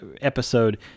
episode